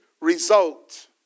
result